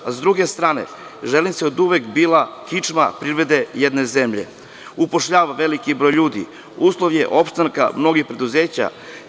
Sa druge strane, železnica je oduvek bila kičma privrede jedne zemlje, upošljava veliki broj ljudi, uslov je opstanka mnogih preduzeća.